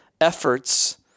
efforts